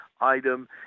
item